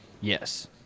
Yes